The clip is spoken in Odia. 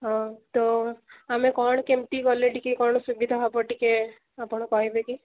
ହଁ ତ ଆମେ କ'ଣ କେମିତି ଗଲେ ଟିକେ କ'ଣ ସୁବିଧା ହେବ ଟିକେ ଆପଣ କହିବେ କି